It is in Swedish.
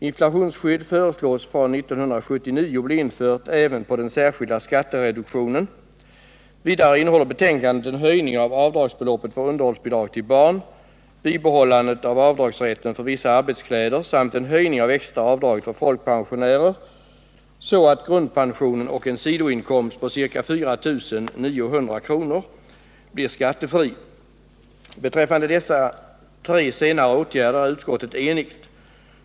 Inflationsskydd föreslås från 1979 bli infört även på den särskilda skattereduktionen. Vidare innehåller betänkandet en höjning av avdragsbeloppet för underhållsbidrag till barn, bibehållandet av avdragsrätten för vissa arbetskläder samt en höjning av det extra avdraget för folkpensionärer så att grundpensionen och en sidoinkomst på ca 4 900 kr. blir skattefri. Beträffande dessa tre senare åtgärder är utskottet enigt.